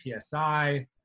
PSI